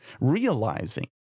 realizing